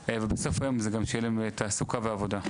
ובסוף היום זה גם שיהיה להם תעסוקה ועבודה.